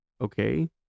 okay